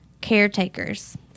caretakers